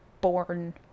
born